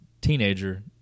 teenager